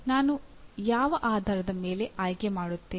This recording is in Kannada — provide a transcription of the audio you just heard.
ನಾನು ಯಾವ ಆಧಾರದ ಮೇಲೆ ಆಯ್ಕೆ ಮಾಡುತ್ತೇನೆ